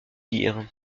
dire